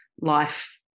life